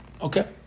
Okay